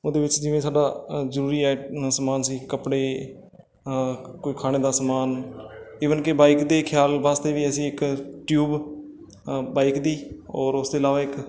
ਉਹਦੇ ਵਿੱਚ ਜਿਵੇਂ ਸਾਡਾ ਜ਼ਰੂਰੀ ਆ ਸਮਾਨ ਸੀ ਕੱਪੜੇ ਕੋਈ ਖਾਣੇ ਦਾ ਸਮਾਨ ਈਵਨ ਕਿ ਬਾਈਕ ਦੇ ਖਿਆਲ ਵਾਸਤੇ ਵੀ ਅਸੀਂ ਇੱਕ ਟਿਊਬ ਬਾਈਕ ਦੀ ਔਰ ਉਸ ਦੇ ਇਲਾਵਾ ਇੱਕ